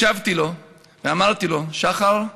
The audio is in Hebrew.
הקשבתי לו ואמרתי לו: שחר,